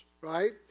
right